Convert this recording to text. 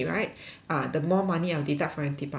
ah the more money I'll deduct from your department so